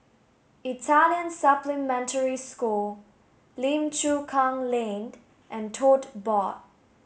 Italian Supplementary School Lim Chu Kang Lane and Tote Board